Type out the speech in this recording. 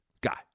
guy